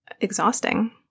exhausting